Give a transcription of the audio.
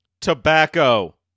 Tobacco